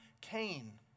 Cain